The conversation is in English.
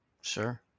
sure